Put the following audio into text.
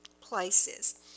places